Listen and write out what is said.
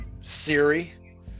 Siri